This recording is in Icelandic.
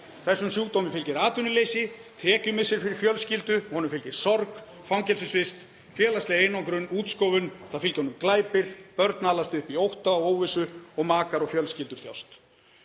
Þessum sjúkdómi fylgir atvinnuleysi, tekjumissir fyrir fjölskyldu, honum fylgir sorg, fangelsisvist, félagsleg einangrun og útskúfun. Það fylgja honum glæpir, börn alast upp í ótta og óvissu og makar og fjölskyldur þjást.